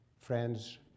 friends